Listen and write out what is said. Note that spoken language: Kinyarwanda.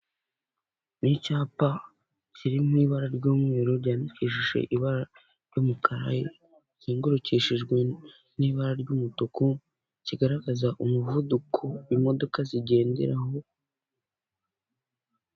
Ni icyapa kiri mu ibara ry'umweru, ryandikijije ibara ry'umukara, kizengurukishijwe n'ibara ry'umutuku, kigaragaza umuvuduko imodoka zigenderaho.